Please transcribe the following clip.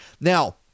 Now